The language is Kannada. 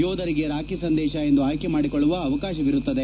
ಯೋಧರಿಗೆ ರಾಖಿ ಸಂದೇಶ ಎಂದು ಆಯ್ಕೆ ಮಾಡಿಕೊಳ್ಳುವ ಅವಕಾಶವಿರುತ್ತದೆ